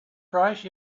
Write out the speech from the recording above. price